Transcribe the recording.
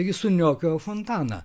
jie suniokojo fontaną